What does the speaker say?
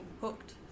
hooked